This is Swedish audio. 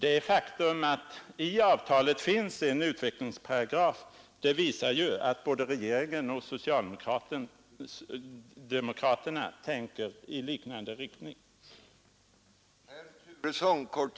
Det faktum att det i avtalet finns en utvecklingsparagraf visar indirekt att både regeringen och socialdemokraterna erkänner att förbättringar i avtalet behövs.